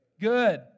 good